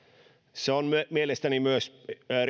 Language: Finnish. se on mielestäni myös